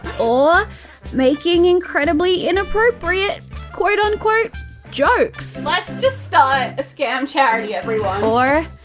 or making incredibly inappropriate quote-unquote jokes. let's just start a scam charity everyone. or,